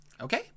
Okay